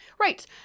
Right